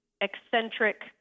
eccentric